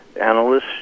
analysts